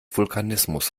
vulkanismus